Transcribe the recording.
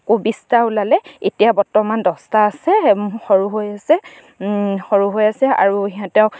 বিছটা ওলালে এতিয়া বৰ্তমান দছটা আছে সৰু হৈ আছে সৰু হৈ আছে আৰু সিহঁতক